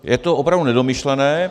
Je to opravdu nedomyšlené.